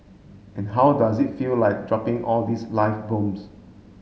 and how does it feel like dropping all these live bombs